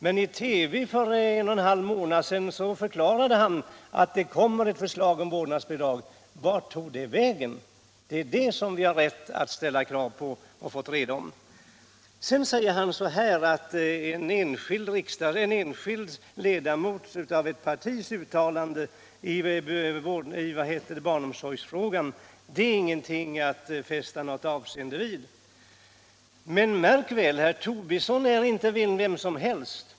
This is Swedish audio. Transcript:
Men i TV för en och en halv månad sedan förklarade han att det kommer ett förslag om vårdnadsbidrag. Vart tog det förslaget vägen? Det är detta som vi har rätt att kräva att få reda på. Sedan säger socialministern att ett uttalande i barnomsorgsfrågan från en enskild ledamot av ett parti inte är någonting att fästa avseende vid. Men märk väl: herr Tobisson är inte någon vem som helst.